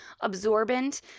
absorbent